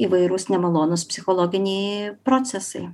įvairūs nemalonūs psichologiniai procesai